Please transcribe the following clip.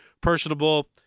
personable